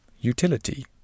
utility